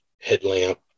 headlamp